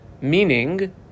Meaning